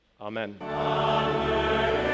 Amen